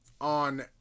On